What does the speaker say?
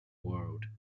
world